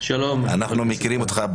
אנחנו מכירים אותך.